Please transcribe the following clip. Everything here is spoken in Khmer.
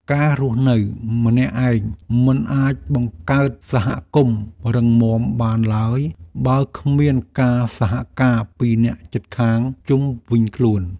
ការរស់នៅម្នាក់ឯងមិនអាចបង្កើតសហគមន៍រឹងមាំបានឡើយបើគ្មានការសហការពីអ្នកជិតខាងជុំវិញខ្លួន។